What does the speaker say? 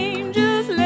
Angels